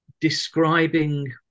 describing